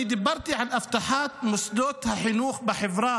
דיברתי על אבטחת מוסדות החינוך בחברה